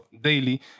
daily